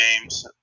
games